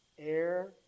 air